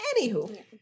Anywho